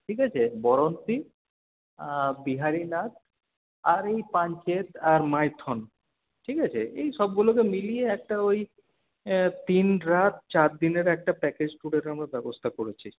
ঠিক আছে বরন্তি আর বিহারিনাথ আর এই পাঞ্চেত আর এই মাইথন ঠিক আছে এই সবগুলোকে মিলিয়ে একটা ওই তিন রাত চার দিনের একটা প্যাকেজ ট্যুরের আমরা ব্যবস্থা করেছি